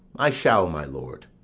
i shall, my lord.